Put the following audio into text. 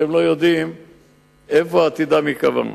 כשהם לא יודעים איפה עתידם ייקבע.